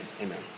Amen